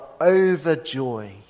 overjoyed